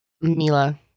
Mila